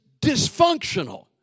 dysfunctional